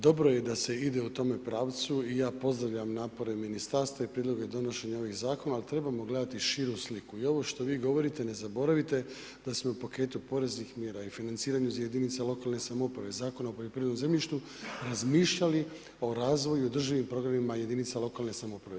Dobro je da se ide u tome pravcu i ja pozdravljam napore ministarstva i prijedloge donošenja ovih zakona, ali trebamo gledati širu sliku i ovo što vi govorite ne zaboravite da se u paketu poreznih mjera i financiranja iz jedinica lokalne samouprave zakon o poljoprivrednom zemljištu razmišljali o razvoju i održivim programima jedinica lokalne samouprave.